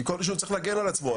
כי כל יישוב צריך להגן על עצמו.